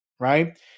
Right